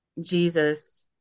Jesus